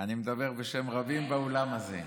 אני מדבר בשם רבים באולם הזה.